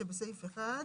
שבסעיף 1,